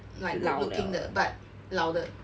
like good looking 的 but 老的